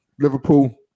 Liverpool